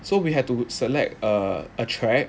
so we had to select a a track